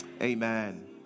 Amen